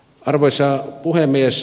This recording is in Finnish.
arvoisa puhemies